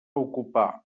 ocupar